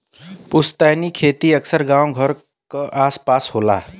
पुस्तैनी खेत अक्सर गांव घर क आस पास होला